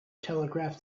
telegraph